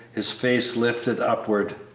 his face lifted upward.